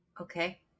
Okay